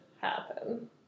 happen